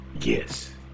Yes